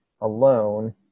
alone